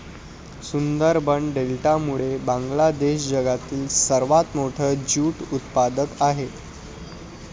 सुंदरबन डेल्टामुळे बांगलादेश जगातील सर्वात मोठा ज्यूट उत्पादक आहे